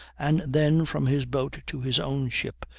and then from his boat to his own ship,